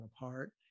apart